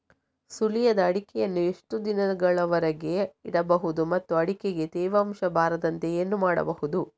ಸುಲಿಯದ ಅಡಿಕೆಯನ್ನು ಎಷ್ಟು ದಿನಗಳವರೆಗೆ ಇಡಬಹುದು ಮತ್ತು ಅಡಿಕೆಗೆ ತೇವಾಂಶ ಬರದಂತೆ ಏನು ಮಾಡಬಹುದು?